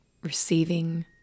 receiving